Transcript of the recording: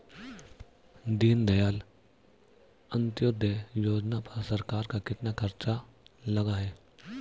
दीनदयाल अंत्योदय योजना पर सरकार का कितना खर्चा लगा है?